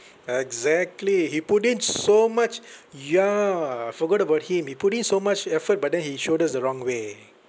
exactly he put in so much ya I forgot about him he put in so much effort but then he showed us the wrong way